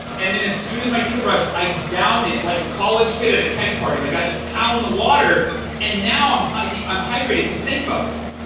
and then as soon as my teeth are brushed, i down it like a college kid at a keg party like i just pound the water and now i'm hydrating i'm hydrating because think about this.